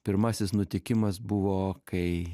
pirmasis nutikimas buvo kai